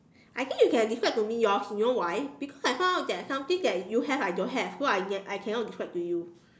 I think you can describe to me yours you know why because I found out that something that you have I don't have so I I cannot describe to you